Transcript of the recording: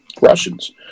Russians